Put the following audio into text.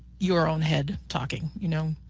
your own head talking? you know?